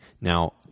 Now